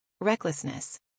Recklessness